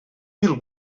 mil